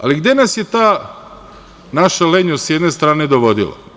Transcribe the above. Ali, gde nas je ta naša lenjost s jedne strane dovodila?